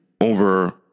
Over